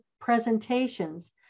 presentations